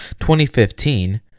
2015